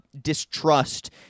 distrust